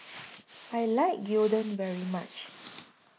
I like Gyudon very much